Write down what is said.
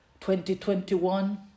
2021